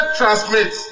transmit